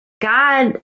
God